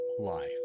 life